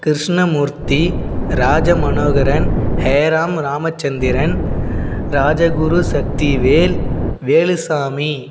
Krishnamurthy Rajamanoharan Heram Ramachandran Rajaguru Sakthivel Velusamy